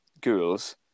girls